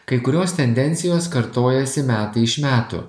kai kurios tendencijos kartojasi metai iš metų